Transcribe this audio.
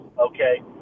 Okay